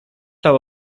lał